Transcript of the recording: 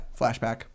flashback